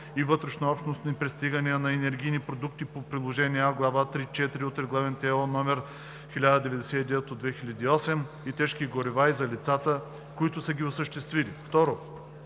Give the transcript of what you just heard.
и вътрешнообщностни пристигания на енергийни продукти по приложение А, глава 3.4 от Регламент (ЕО) № 1099/2008 и тежки горива и за лицата, които са ги осъществили;